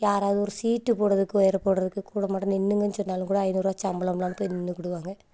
யாராவது ஒரு சீட்டு போடுறதுக்கு ஒயரு போடுறதுக்கு கூடமாட நின்னுங்கன்னு சொன்னாலும் கூட ஐந்நூறுரூவா சம்பளம் இல்லாமல் போய் நின்னுக்கிடுவாங்க